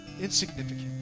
insignificant